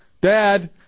Dad